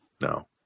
No